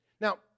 now